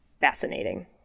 fascinating